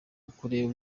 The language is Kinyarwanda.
ukureba